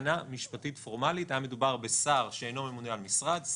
מבחינה משפטית פורמלית היה מדובר בשר שאינו ממונה על משרד,